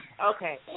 Okay